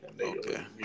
Okay